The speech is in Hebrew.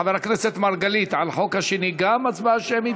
חבר הכנסת מרגלית, על החוק השני גם הצבעה שמית?